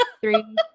three